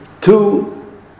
two